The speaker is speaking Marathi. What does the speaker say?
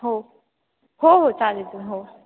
हो हो हो चालेल च हो